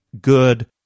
good